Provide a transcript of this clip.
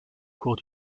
cours